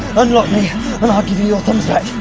unlock me, and i'll give you your thumbs back.